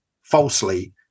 falsely